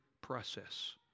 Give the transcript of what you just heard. process